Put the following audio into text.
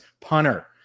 punter